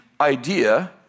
idea